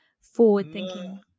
forward-thinking